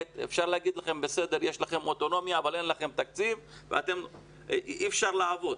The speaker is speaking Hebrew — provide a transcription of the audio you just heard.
אפשר לומר להם שיש להם אוטונומיה אבל אין להם תקציב וכך אי אפשר לעבוד.